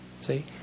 See